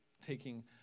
taking